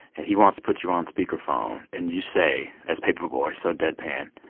and he wants to put you on speakerphone. and you say, as paper boi, so deadpan,